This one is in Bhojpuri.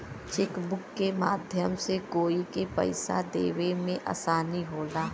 चेकबुक के माध्यम से कोई के पइसा देवे में आसानी होला